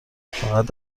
فقط